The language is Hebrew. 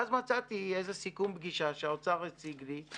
ואז מצאתי איזה סכום פגישה שהאוצר הציג לי,